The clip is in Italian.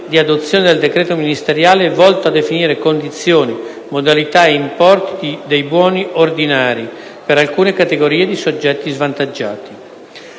di adozione del decreto ministeriale volto a definire condizioni, modalitae importi dei buoni orari per alcune categorie di soggetti svantaggiati;